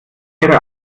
ihre